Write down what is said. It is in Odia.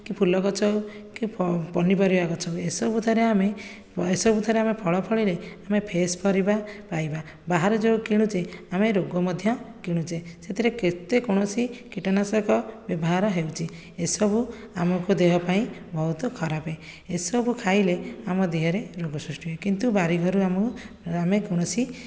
କି ଫୁଲ ଗଛ କି ଫ ପନିପରିବା ଗଛ ଏସବୁଥିରେ ଆମେ ବର୍ଷକୁ ଥରେ ଆମେ ଫଳ ଫଳିଲେ ଆମେ ଫ୍ରେସ୍ ପରିବା ପାଇବା ବାହାରୁ ଯେଉଁ କିଣୁଛେ ଆମେ ରୋଗ ମଧ୍ୟ କିଣୁଛେ ସେଥିରେ କେତେ କୌଣସି କୀଟନାଶକ ବ୍ୟବହାର ହେଉଛି ଏସବୁ ଆମକୁ ଦେହ ପାଇଁ ବହୁତ ଖରାପ ଏସବୁ ଖାଇଲେ ଆମ ଦେହରେ ରୋଗ ସୃଷ୍ଟି ହୁଏ କିନ୍ତୁ ବାରି ଘରୁ ଆମକୁ ଆମେ କୌଣସି